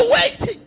waiting